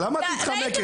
למה את מתחמקת?